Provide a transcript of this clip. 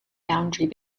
boundary